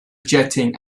jetting